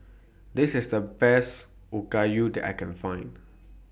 This IS The Best Okayu that I Can Find